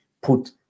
put